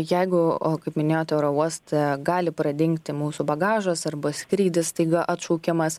jeigu o kaip minėjote oro uoste gali pradingti mūsų bagažas arba skrydis staiga atšaukiamas